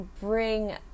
bring